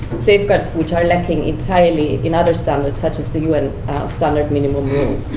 safeguards which are lacking entirely in other standards, such as the un standard minimum rules.